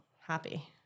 happy